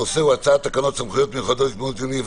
הנושא הוא הצעת תקנות סמכויות מיוחדות להתמודדות עם נגיף